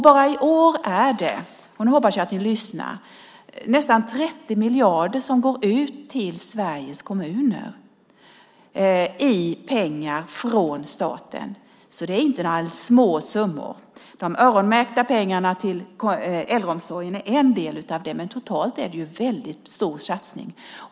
Bara i år är det - nu hoppas jag att ni lyssnar - nästan 30 miljarder som går ut till Sveriges kommuner. Det är pengar från staten. Det är inte några små summor. De öronmärkta pengarna till äldreomsorgen är en del av det, men totalt är det en väldigt stor satsning.